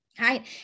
right